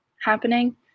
happening